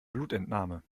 blutentnahme